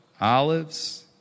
olives